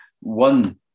one